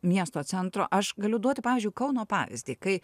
miesto centro aš galiu duoti pavyzdžiui kauno pavyzdį kai